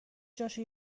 جاشو